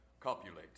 copulate